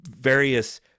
various